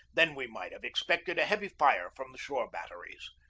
then we might have expected a heavy fire from the shore batteries.